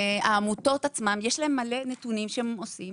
העמותות עצמן יש מלא נתונים שהוא אוסף,